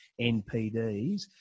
NPDs